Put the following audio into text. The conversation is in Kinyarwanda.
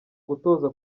gutoza